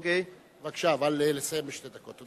בבקשה, אבל לסיים בשתי דקות.